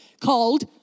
called